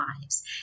lives